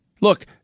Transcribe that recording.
Look